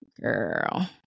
Girl